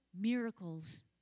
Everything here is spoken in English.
miracles